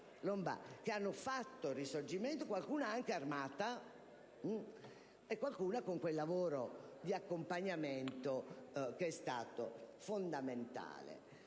che hanno fatto il Risorgimento, qualcuna anche armata e qualcuna con un'opera di accompagnamento che è stata fondamentale.